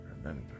remember